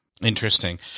Interesting